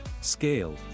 scale